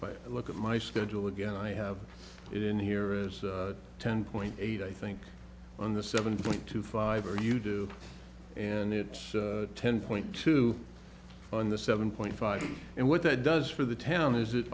look at my schedule again i have it in here is ten point eight i think on the seven point two five or you do and it's ten point two on the seven point five and what that does for the town is it